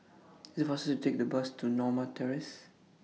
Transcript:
IT IS faster to Take The Bus to Norma Terrace